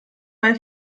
bei